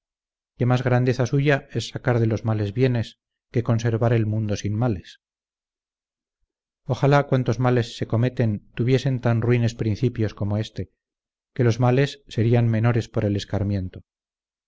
que más grandeza suya es sacar de los males bienes que conservar el mundo sin males ojalá cuantos males se cometen tuviesen tan ruines principios como este que los males serían menores por el escarmiento